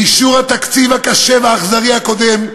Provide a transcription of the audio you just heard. באישור התקציב האכזרי הקודם,